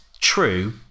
true